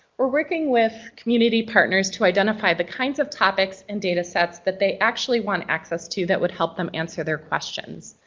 we're working with community partners to identify the kinds of topics and datasets that they actually want access to that would help them answer their questions.